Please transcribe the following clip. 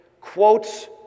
quotes